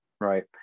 Right